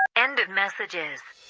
end of messages